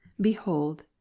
behold